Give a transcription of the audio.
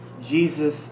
Jesus